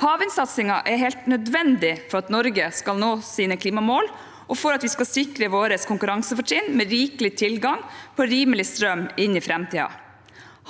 Havvindsatsingen er helt nødvendig for at Norge skal nå sine klimamål, og for at vi skal sikre våre konkurransefortrinn med rikelig tilgang på rimelig strøm inn i framtiden.